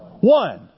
One